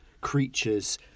creatures